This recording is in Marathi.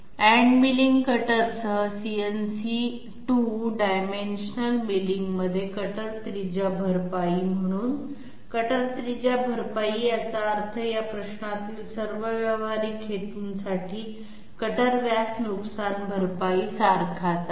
एंड मिलिंग कटरसह सीएनसी 2 डायमेन्शनल मिलिंग मध्ये कटर रेडियस कम्पेन्सेशन म्हणून कटर रेडियस कम्पेन्सेशन याचा अर्थ या प्रश्नातील सर्व व्यावहारिक हेतूंसाठी कटर व्यास नुकसान भरपाई सारखाच आहे